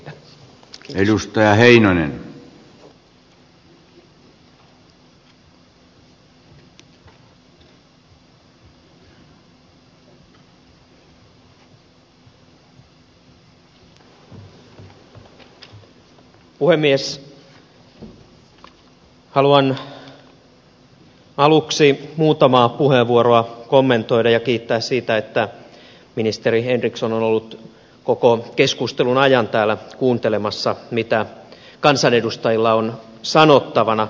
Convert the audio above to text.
haluan aluksi muutamaa puheenvuoroa kommentoida ja kiittää siitä että ministeri henriksson on ollut koko keskustelun ajan täällä kuuntelemassa mitä kansanedustajilla on sanottavana